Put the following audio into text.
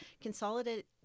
consolidate